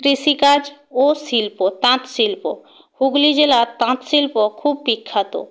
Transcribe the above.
কৃষিকাজ ও শিল্প তাঁত শিল্প হুগলি জেলার তাঁত শিল্প খুব বিখ্যাত